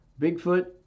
Bigfoot